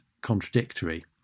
contradictory